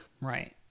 right